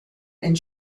and